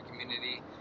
community